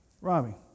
Robbie